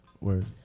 word